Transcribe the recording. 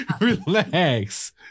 Relax